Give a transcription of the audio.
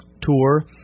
tour